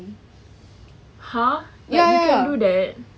!huh! you can do that